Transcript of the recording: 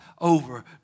over